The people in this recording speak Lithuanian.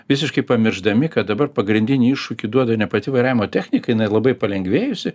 visiškai pamiršdami kad dabar pagrindinį iššūkį duoda ne pati vairavimo technika jinai labai palengvėjusi